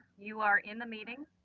you are in the meeting.